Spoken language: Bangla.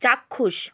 চাক্ষুষ